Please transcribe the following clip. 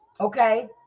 Okay